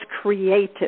created